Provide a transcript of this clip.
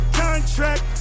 contract